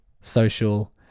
social